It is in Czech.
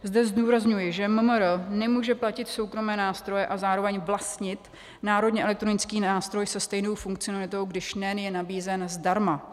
Zde zdůrazňuji, že MMR nemůže platit soukromé nástroje a zároveň vlastnit Národní elektronický nástroj se stejnou funkcionalitou, když NEN je nabízen zdarma.